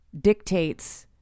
dictates